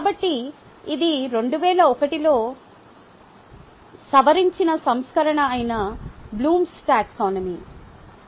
కాబట్టి ఇది 2001 లో సవరించిన సంస్కరణ అయిన బ్లూమ్స్ టాక్సానమీBLOOM'S TAXONOMY